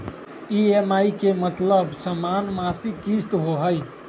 EMI के मतलब समान मासिक किस्त होहई?